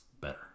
better